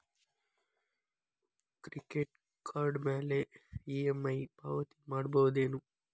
Credit card ಮ್ಯಾಲೆ EMI ಪಾವತಿ ಮಾಡ್ಬಹುದೇನು?